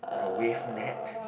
the wave net